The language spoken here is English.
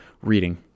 reading